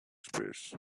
space